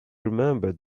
remembered